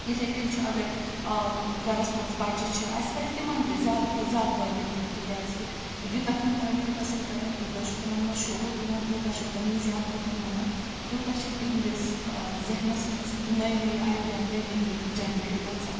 یِتھَے کٔنۍ چھُ اگر گَرَس منٛز بَچہِ چھِ اَسہِ پَزِ تِمن تہِ زیادٕ کھۄتہٕ زیادٕ تٲلیٖم دِنۍ تِکیٛازِکہِ یوٗتاہ تِم تٲلیٖم حٲصِل کَرَن تیوٗتاہ چھُ تِمَن منٛز شعوٗر یِوان تیوٗتاہ چھِ تٔمیٖز یافتہٕ تِم بَنان تہٕ تیوٗتاہ چھِ تِہنٛدِس ذہنَس منٛز نٔے نٔے آیڈیا نٔے نٔے یِم جَنریٹ گَژھان